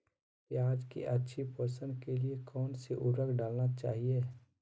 प्याज की अच्छी पोषण के लिए कौन सी उर्वरक डालना चाइए?